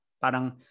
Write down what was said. parang